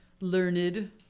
learned